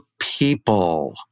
people